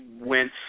went